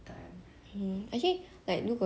ya 有个宠物 right I think you should start from young